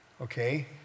okay